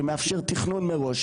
שמאפשר תכנון מראש,